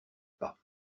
pas